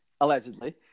allegedly